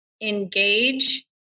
engage